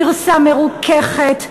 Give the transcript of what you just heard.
גרסה מרוככת,